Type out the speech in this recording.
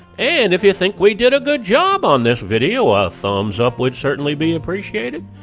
and if you think we did a good job on this video, a thumbs up would certainly be appreciated.